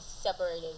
separated